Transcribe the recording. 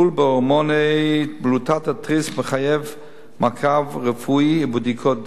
והטיפול בהורמון A ובבלוטת התריס מחייבים מעקב רפואי ובדיקת דם,